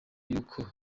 y’uko